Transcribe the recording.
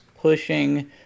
pushing